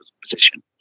position